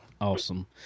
awesome